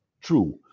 true